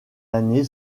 année